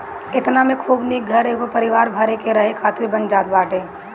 एतना में खूब निक घर एगो परिवार भर के रहे खातिर बन जात बाटे